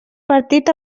partit